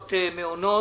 המסים,